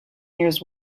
years